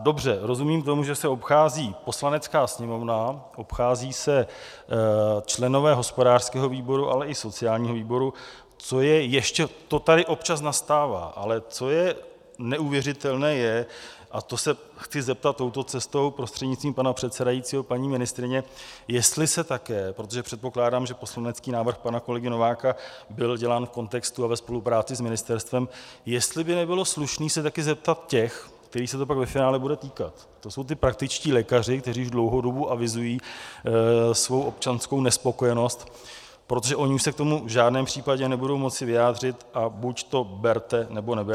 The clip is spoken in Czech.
Dobře, rozumím tomu, že se obchází Poslanecká sněmovna, obcházejí se členové hospodářského výboru, ale i sociálního výboru, to tady občas nastává, ale co je neuvěřitelné, a to se chci zeptat touto cestou prostřednictvím pana předsedajícího paní ministryně, jestli se také, protože předpokládám, že poslanecký návrh pana kolegy Nováka byl dělán v kontextu a ve spolupráci s ministerstvem, jestli by nebylo slušné se také zeptat těch, kterých se to pak ve finále bude týkat, to jsou ti praktičtí lékaři, kteří už dlouhou dobu avizují svou občanskou nespokojenost, protože oni se už k tomu v žádném případě nebudou moci vyjádřit, a buďto berte, nebo neberte.